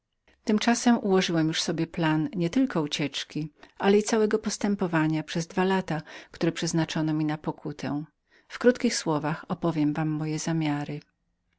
tymczasem ułożyłem już sobie plan nietylko ucieczki ale całego postępowania przez dwa lata które przeznaczono mi na pokutę w krótkich słowach opowiem wam moje zamiary